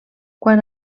quan